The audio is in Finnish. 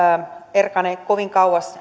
erkane kovin kauas